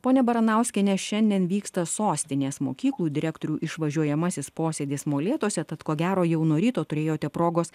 pone baranauskiene šiandien vyksta sostinės mokyklų direktorių išvažiuojamasis posėdis molėtuose tad ko gero jau nuo ryto turėjote progos